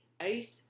Eighth